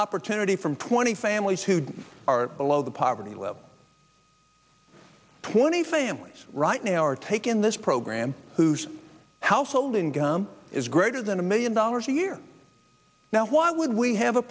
opportunity from twenty families who are below the poverty level twenty families right now are taking this program whose household income is greater than a million dollars a year now why would we have a